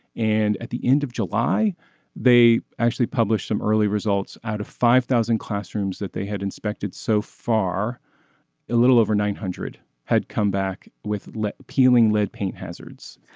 and at the end of july they actually published some early results out of five thousand classrooms that they had inspected so far a little over nine hundred had come back with peeling lead paint hazards.